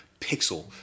Pixel